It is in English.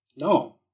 No